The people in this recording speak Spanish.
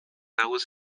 aguas